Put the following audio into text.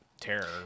Terror